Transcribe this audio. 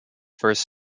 first